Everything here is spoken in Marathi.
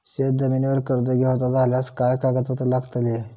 शेत जमिनीवर कर्ज घेऊचा झाल्यास काय कागदपत्र लागतली?